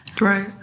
Right